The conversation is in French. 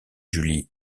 julie